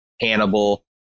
Hannibal